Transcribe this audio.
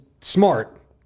smart